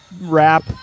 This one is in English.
rap